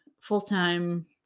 full-time